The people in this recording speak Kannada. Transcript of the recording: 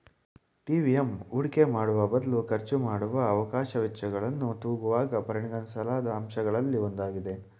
ಟಿ.ವಿ.ಎಮ್ ಹೂಡಿಕೆ ಮಾಡುವಬದಲು ಖರ್ಚುಮಾಡುವ ಅವಕಾಶ ವೆಚ್ಚಗಳನ್ನು ತೂಗುವಾಗ ಪರಿಗಣಿಸಲಾದ ಅಂಶಗಳಲ್ಲಿ ಒಂದಾಗಿದೆ